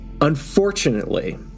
Unfortunately